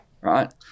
Right